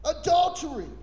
Adultery